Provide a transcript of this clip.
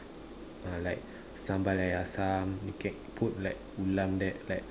uh like sambal air asam you can put like ulam that like